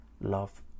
love